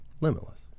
Limitless